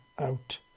out